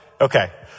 Okay